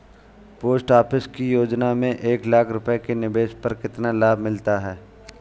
Post office की योजना में एक लाख रूपए के निवेश पर कितना लाभ मिलता है?